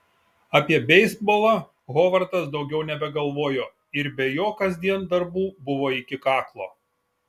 apie beisbolą hovardas daugiau nebegalvojo ir be jo kasdien darbų buvo iki kaklo